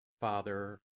Father